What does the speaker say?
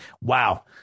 Wow